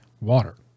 water